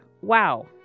Wow